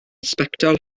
sbectol